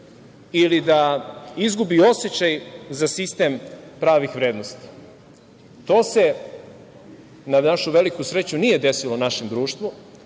ili da izgubi osećaj za sistem pravih vrednosti. To se, na našu veliku sreću, nije desilo našem društvu.